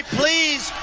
please